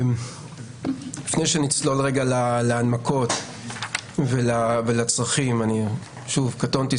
לפני שנצלול רגע להנמקות ולצרכים קטונתי,